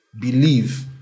Believe